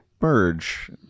merge